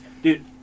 Dude